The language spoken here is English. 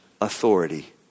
authority